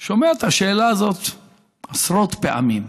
אני שומע את השאלה הזאת עשרות פעמים.